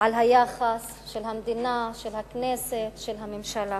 על היחס של המדינה, של הכנסת, של הממשלה,